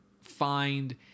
find